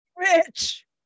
Rich